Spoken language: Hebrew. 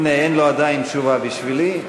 הנה, אין לו עדיין תשובה בשבילי,